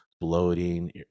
bloating